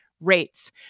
rates